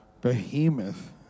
Behemoth